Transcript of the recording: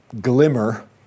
glimmer